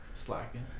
Slacking